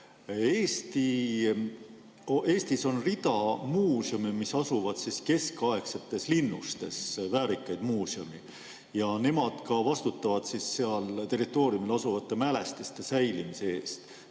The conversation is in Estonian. Eestis on rida muuseume, mis asuvad keskaegsetes linnustes, väärikaid muuseume. Nemad ka vastutavad seal territooriumil asuvate mälestiste säilimise eest.